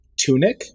tunic